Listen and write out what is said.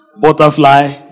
butterfly